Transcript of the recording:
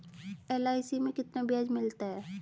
LIC में कितना ब्याज मिलता है?